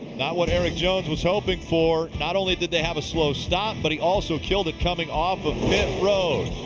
not what erik jones was hoping for. not only did they have a slow stop but he also killed it coming off of pit road.